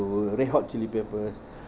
red hot chili peppers